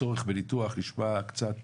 צורך בניתוח נשמע קצת